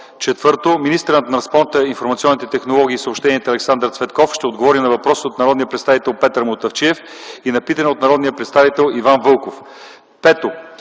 Четвърто, министърът на транспорта, информационните технологии и съобщенията Александър Цветков ще отговоря на въпрос на народния представител Петър Мутафчиев и на питане от народния представител Иван Вълков. Пето,